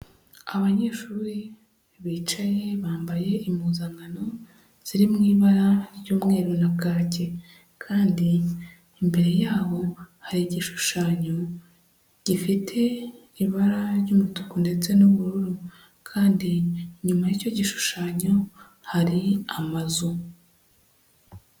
Abanyeshuri bicaye bambaye impuzankano ziri mu ibara ry'umweru na kaki kandi imbere yabo hari igishushanyo gifite ibara ry'umutuku ndetse n'ubururu, kandi inyuma y'icyo gishushanyo hari amazu.